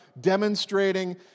demonstrating